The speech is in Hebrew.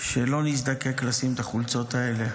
שלא נזדקק לשים את החולצות האלה.